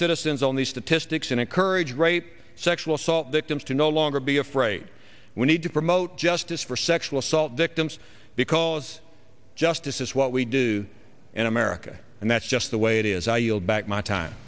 citizens on these statistics and encourage rape sexual assault victims to no longer be afraid we need to promote justice for sexual assault victims because justice is what we do in america and that's just the way it is i yield back my time